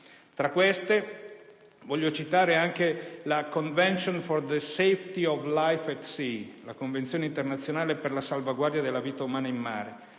Tra queste voglio citare anche la *Convention for the Safety of Life at Sea* (la Convenzione internazionale per la salvaguardia della vita umana in mare)